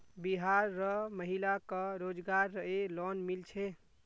बिहार र महिला क रोजगार रऐ लोन मिल छे